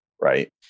Right